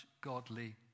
godly